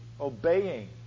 obeying